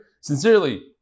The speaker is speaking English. Sincerely